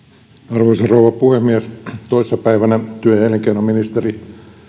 arvoisa rouva puhemies toissa päivänä työ ja elinkeinoministeriö